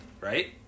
right